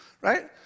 right